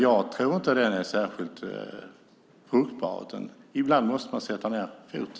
Jag tror inte att den är särskilt fruktbar. Ibland måste man sätta ned foten.